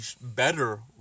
better